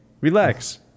relax